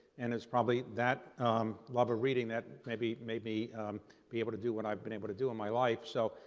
and it's probably that love of reading that maybe made me be able to do what i've been able to do in my life. so,